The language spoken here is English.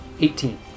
Eighteen